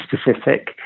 specific